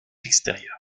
l’extérieur